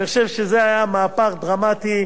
אני חושב שזה מהפך דרמטי.